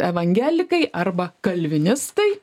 evangelikai arba kalvinistai